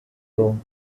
rome